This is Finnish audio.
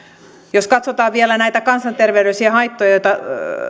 jos katsotaan vielä näitä kansanterveydellisiä haittoja joita